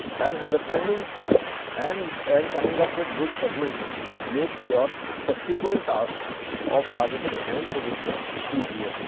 and understanding and and coming up with good segments makes your subsequent tasks of targeting and positioning easier.